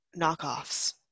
knockoffs